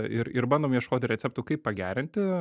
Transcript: ir ir bandom ieškoti receptų kaip pagerinti